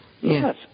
yes